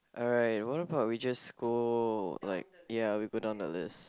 alright what about we just go like ya we go down the list